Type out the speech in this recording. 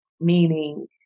Meaning